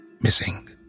missing